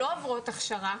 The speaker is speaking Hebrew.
לא עוברות הכשרה,